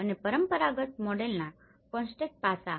અને પરંપરાગત મોડેલના કોન્ટેસ્ટેડ પાસાં